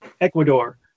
Ecuador